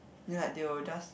you know like they will just